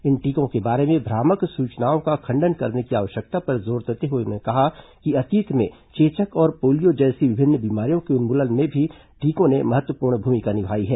इन टीकों के बारे में भ्रामक सूचनाओं का खंडन करने की आवश्यकता पर जोर देते हुए उन्होंने कहा है कि अतीत में चेचक और पोलियो जैसी विभिन्न बीमारियों के उन्मूलन में टीकों ने महत्वपूर्ण भूमिका निभाई है